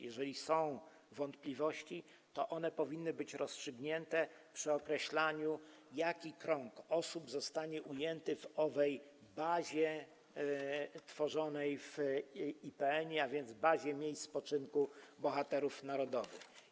Jeżeli są wątpliwości, to one powinny być rozstrzygnięte przy określaniu, jaki krąg osób zostanie ujęty w owej bazie tworzonej w IPN-ie, a więc bazie miejsc spoczynku bohaterów narodowych.